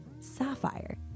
sapphire